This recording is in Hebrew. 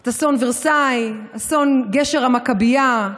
את אסון ורסאי, אסון גשר המכבייה,